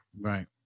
Right